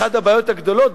אחת הבעיות הגדולות,